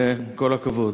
כל הכבוד.